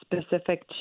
specific